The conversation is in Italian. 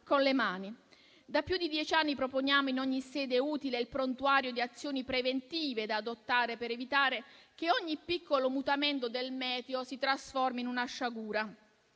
con le mani. Da più di dieci anni proponiamo in ogni sede utile il prontuario di azioni preventive da adottare per evitare che ogni piccolo mutamento del meteo si trasformi in una sciagura.